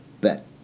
bet